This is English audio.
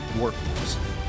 workforce